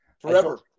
forever